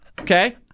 Okay